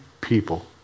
people